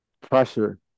pressure